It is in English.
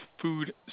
food